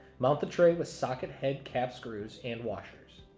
mount the tray with socket head cap screws, and washers.